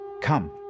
Come